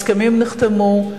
הסכמים נחתמו,